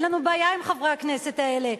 אין לנו בעיה עם חברי הכנסת האלה.